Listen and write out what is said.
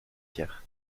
hier